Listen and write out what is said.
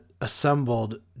assembled